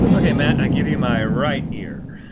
but okay matt, i give you my right ear.